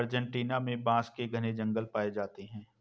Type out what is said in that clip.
Argentina में बांस के घने जंगल पाए जाते हैं